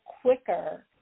quicker